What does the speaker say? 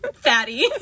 Fatty